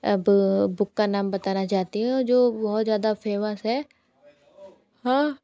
अब बुक का नाम बताना चाहती हो जो बहुत ज़्यादा फेमस है हाँ